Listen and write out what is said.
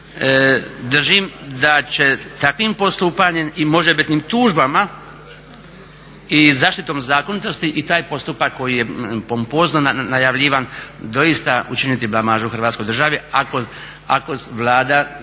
držim da će takvim postupanjem i može bitnim tužbama i zaštitom zakonitosti i taj postupak koji je pompozno najavljivan doista učiniti blamažu hrvatskoj državi, ako Vlada